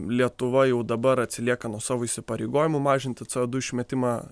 lietuva jau dabar atsilieka nuo savo įsipareigojimų mažinti dujų išmetimą